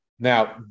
Now